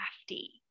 crafty